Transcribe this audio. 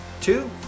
Two